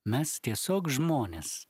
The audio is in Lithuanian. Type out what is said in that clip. mes tiesiog žmonės